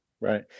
Right